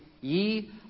Ye